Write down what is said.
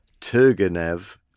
Turgenev